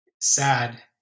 sad